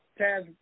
Taz